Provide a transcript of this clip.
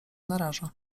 naraża